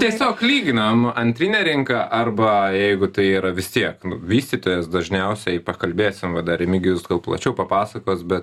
na tiesiog lyginame antrinę rinką arba jeigu tai yra vis tiek vystytojas dažniausiai pakalbėsim va dar remigijus gal plačiau papasakos bet